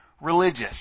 religious